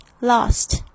lost